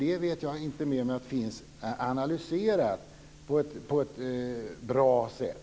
Det vet jag inte med mig finns analyserat på ett bra sätt.